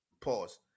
Pause